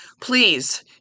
Please